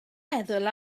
meddwl